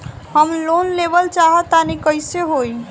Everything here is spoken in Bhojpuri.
हम लोन लेवल चाह तानि कइसे होई?